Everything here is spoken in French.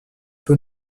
peu